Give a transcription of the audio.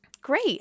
great